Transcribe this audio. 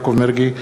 יעקב מרגי,